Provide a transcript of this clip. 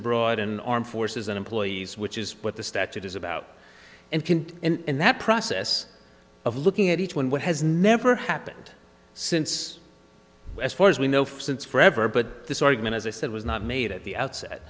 abroad an armed forces an employees which is what the statute is about and can in that process of looking at each one what has never happened since as far as we know for since forever but this argument as i said was not made at the outset